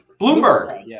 Bloomberg